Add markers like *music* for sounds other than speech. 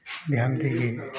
*unintelligible*